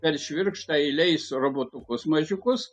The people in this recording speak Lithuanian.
per švirkštą įleis robotukus mažiukus